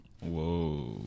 Whoa